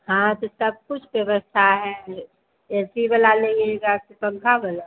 हाँ तो सब कुछ व्यवस्था है यह ऐ सी वाला लीजिएगा कि पंखा वाला